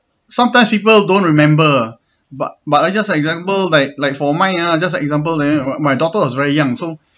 sometimes people don't remember but but I just like remember like like for mine ah just like example like my daughter was very young so